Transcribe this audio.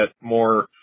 more